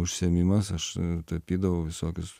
užsiėmimas aš tapydavau visokius